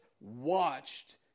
watched